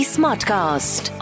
Smartcast